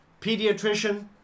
pediatrician